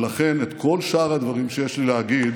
ולכן, את כל שאר הדברים שיש לי להגיד